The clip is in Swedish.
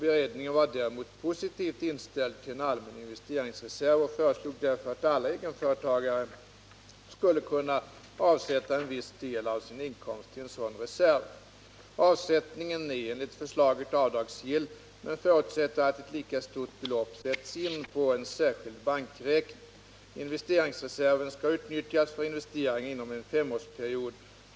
Beredningen var däremot positivt inställd till en allmän investeringsreserv och föreslog därför att alla egenföretagare skulle kunna avsätta viss del av sin inkomst till en sådan reserv. Avsättningen är enligt förslaget avdragsgill men förutsätter att ett lika stort belopp sätts in på en särskild bankräkning. Investeringsreserven skall utnyttjas för investeringar inom en femårsperiod.